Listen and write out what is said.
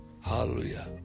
Hallelujah